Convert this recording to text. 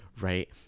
right